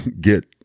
get